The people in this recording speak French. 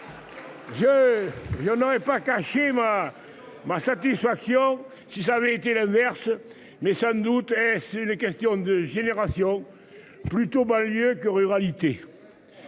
Je n'aurais pas cacher ma ma satisfaction si ça avait été l'inverse mais sans doute. C'est une question de génération plutôt banlieues que ruralité.